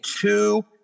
two